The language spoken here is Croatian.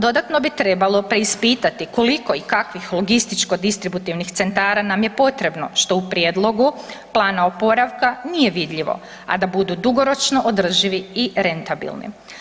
Dodatno bi trebalo preispitati koliko i kakvih logističko-distributivnih centara nam je potrebno, što u prijedlogu Plana oporavka nije vidljivo, a da budu dugoročno održivi i rentabilni.